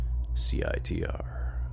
CITR